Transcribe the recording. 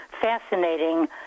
fascinating